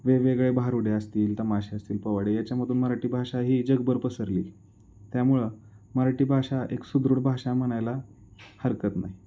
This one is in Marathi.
वेगवेगळे भारुडे असतील तमाशे असतील पोवाडे याच्यामधून मराठी भाषा ही जगभर पसरली त्यामुळं मराठी भाषा एक सुदृढ भाषा म्हणायला हरकत नाही